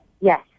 Yes